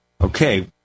Okay